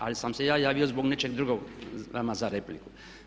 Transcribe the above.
Ali sam se ja javio zbog nečeg drugog vama za repliku.